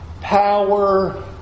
power